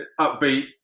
upbeat